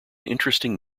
interesting